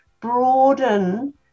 broaden